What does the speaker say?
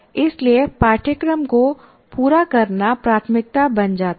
इसलिए पाठ्यक्रम को पूरा करना प्राथमिकता बन जाता है